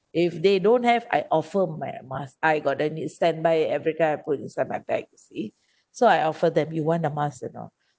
if they don't have I offer my mask I got it standby every time I put inside my bag you see so I offer them you want a mask or not